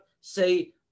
say